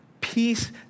Peace